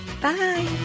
Bye